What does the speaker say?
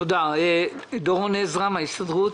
דורון עזרא, ההסתדרות.